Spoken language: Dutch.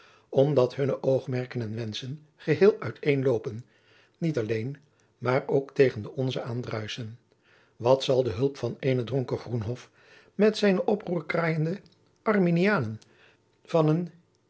omdat hunne oogmerken en wenschen geheel uiteen loopen niet alleen maar ook tegen de onze aandruisschen wat zal de hulp van eenen dronken groenhoff met zijne oproerkraaiende arminianen van een